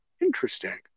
Interesting